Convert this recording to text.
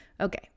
Okay